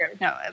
no